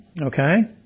okay